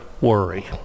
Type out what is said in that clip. worry